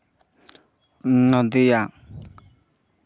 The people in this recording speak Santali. ᱱᱚᱫᱤᱭᱟ